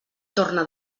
torna